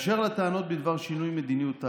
באשר לטעות בדבר שינוי מדיניות ההגירה,